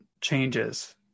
changes